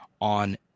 on